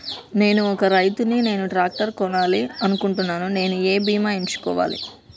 నేను ఒక రైతు ని నేను ట్రాక్టర్ కొనాలి అనుకుంటున్నాను నేను ఏ బీమా ఎంచుకోవాలి?